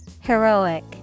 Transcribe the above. Heroic